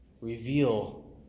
Reveal